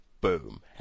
boom